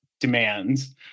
demands